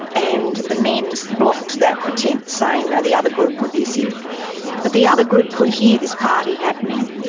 and the mens blocked that attempt saying, no, the other group were busy. but the other group could hear this party happening.